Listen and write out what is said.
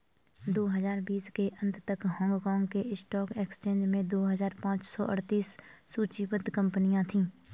दो हजार बीस के अंत तक हांगकांग के स्टॉक एक्सचेंज में दो हजार पाँच सौ अड़तीस सूचीबद्ध कंपनियां थीं